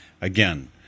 Again